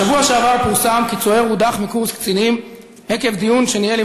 בשבוע שעבר פורסם כי צוער הודח מקורס קצינים עקב דיון שניהל עם